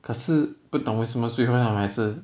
可是不懂为什么最后那样还是